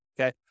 okay